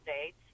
States